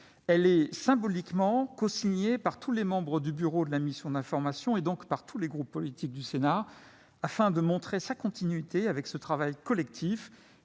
Elle est symboliquement cosignée par tous les membres du bureau de la mission d'information, donc par tous les groupes politiques du Sénat. Ainsi démontrons-nous sa continuité avec ce travail collectif